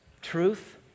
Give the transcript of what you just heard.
truth